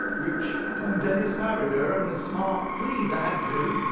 which tom dennis married her and a smart, clean lad, too,